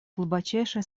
глубочайшие